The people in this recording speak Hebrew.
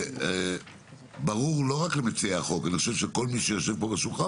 אני חושב שלכל מי שיושב פה בשולחן,